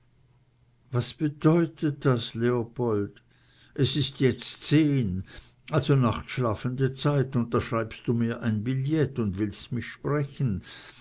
was bedeutet das leopold es ist jetzt zehn also nachtschlafende zeit und da schreibst du mir ein billet und willst mich sprechen